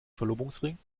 verlobungsring